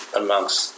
amongst